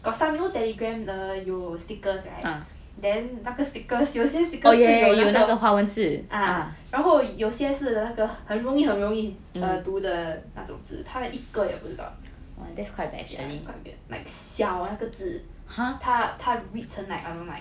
got some you know Telegram the 有 stickers right then 那个 stickers 有些 stickers 是有那个 ah 然后有些是那个很容易很容易 err 读的那种字他一个也不知道 ya it's quite bad like 小那个字他 read 成 like I don't know like